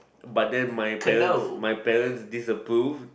but then my parents my parents disapprove